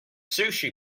sushi